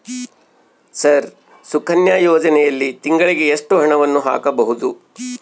Sir Sukanya ಯೋಜನೆಯಲ್ಲಿ ತಿಂಗಳಿಗೆ ಎಷ್ಟು ಹಣವನ್ನು ಹಾಕಬಹುದು?